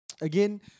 again